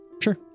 Sure